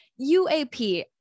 uap